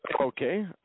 okay